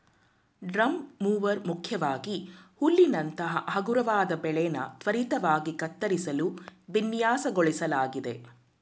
drum mower ಮುಖ್ಯವಾಗಿ ಹುಲ್ಲಿನಂತ ಹಗುರವಾದ ಬೆಳೆನ ತ್ವರಿತವಾಗಿ ಕತ್ತರಿಸಲು ವಿನ್ಯಾಸಗೊಳಿಸ್ಲಾಗಿದೆ